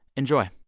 enjoy